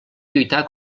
lluitar